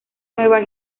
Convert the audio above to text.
nueva